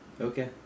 Okay